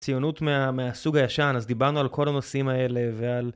ציונות מהסוג הישן אז דיברנו על כל הנושאים האלה ועל.